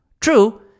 True